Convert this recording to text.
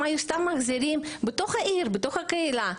אם היו מחזירים בגין הוצאות בתוך העיר ובתוך הקהילה,